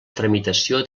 tramitació